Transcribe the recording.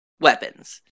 weapons